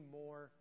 more